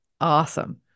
Awesome